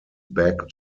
back